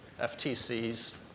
FTCs